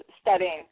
studying